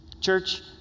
Church